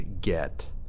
get